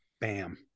Bam